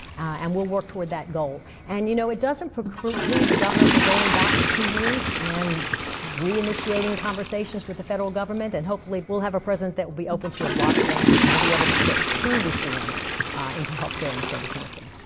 and we'll work toward that goal. and, you know, it doesn't preclude the governor from going back in two years and reinitiating conversations with the federal government. and hopefully we'll have a president that will be open to a block grant. and we'll be able to put true reform in to healthcare in the state of tennessee.